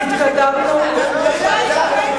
והגענו, ודאי שלא.